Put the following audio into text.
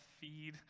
feed